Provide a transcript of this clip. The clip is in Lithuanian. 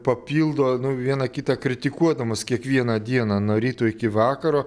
papildo viena kitą kritikuodamos kiekvieną dieną nuo ryto iki vakaro